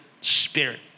spirit